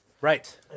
Right